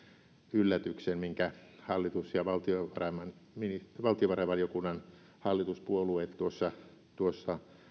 yllätyksen minkä hallitus ja valtiovarainvaliokunnan hallituspuolueet tuossa tuossa